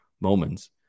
moments